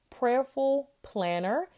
prayerfulplanner